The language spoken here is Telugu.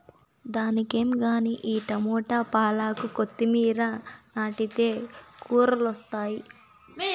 దానికేం గానీ ఈ టమోట, పాలాకు, కొత్తిమీర నాటితే కూరలొస్తాయి